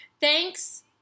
Thanks